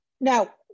Now